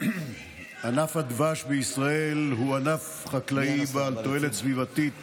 ענף הדבש בישראל הוא ענף חקלאי בעל תועלת סביבתית